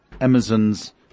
Amazon's